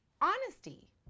honesty